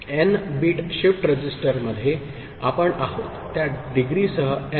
तर N bit shift register मध्ये आपण आहोत त्या डिग्रीसह एन